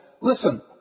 Listen